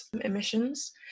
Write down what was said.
emissions